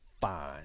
fine